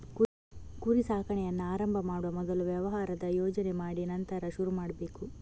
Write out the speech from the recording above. ಕುರಿ ಸಾಕಾಣೆಯನ್ನ ಆರಂಭ ಮಾಡುವ ಮೊದಲು ವ್ಯವಹಾರದ ಯೋಜನೆ ಮಾಡಿ ನಂತರ ಶುರು ಮಾಡ್ಬೇಕು